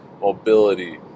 mobility